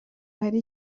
hari